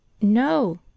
no